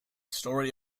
story